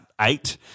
eight